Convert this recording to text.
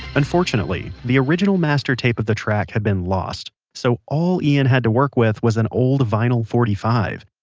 unfortunately, the original master tape of the track had been lost, so all ian had to work with was an old vinyl forty five.